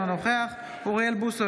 אינו נוכח אוריאל בוסו,